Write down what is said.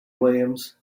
williams